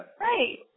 Right